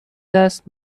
دست